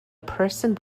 person